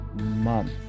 month